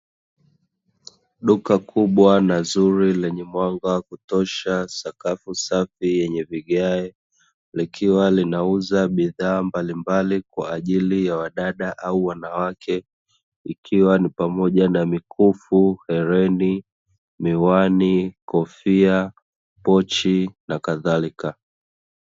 Duka kubwa na zuri lenye mwanga wa kutosha, sakafu safi yenye vigae, likiwa linauza bidhaa mbalimbali kwa ajili ya wadada au wanawake, ikiwa ni pamoja na mikufu, hereni, miwani, kofia, pochi na kadhalika.